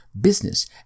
business